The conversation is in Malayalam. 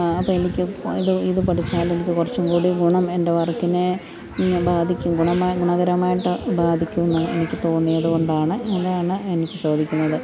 അപ്പം എനിക്കത് ഇത് ഇത് പഠിച്ചാൽ കുറച്ചും കൂടി ഗുണം എൻ്റെ വർക്കിനെ ബാധിക്കും ഗുണമാ ഗുണകരമായിട്ട് ബാധിക്കും എന്നാൽ എനിക്ക് തോന്നിയത് കൊണ്ടാണ് ഇങ്ങനെ വന്ന് എനിക്കു ചോദിക്കുന്നത്